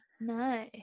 No